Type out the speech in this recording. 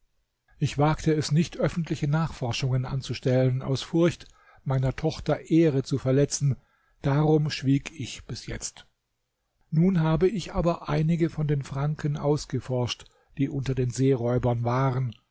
ich wagte es nicht öffentliche nachforschungen anzustellen aus furcht meiner tochter ehre zu verletzen darum schwieg ich bis jetzt nun habe ich aber einige von den franken ausgeforscht die unter den seeräubern waren